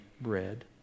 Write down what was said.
bread